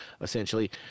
essentially